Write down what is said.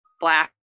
black